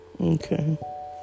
okay